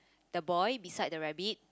the boy beside the rabbit